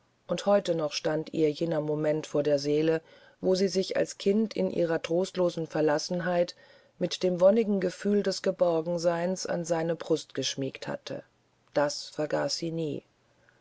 und heute noch stand ihr jener moment vor der seele wo sie sich als kind in ihrer trostlosen verlassenheit mit dem wonnigen gefühl des geborgenseins an seine brust geschmiegt hatte das vergaß sie nie